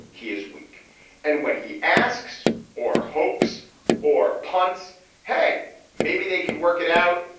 he is weak and when he asks or hopes or punts hey maybe they could work it out.